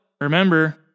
remember